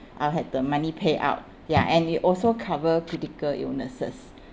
I will have the money payout ya and it also cover critical illnesses